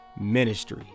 Ministry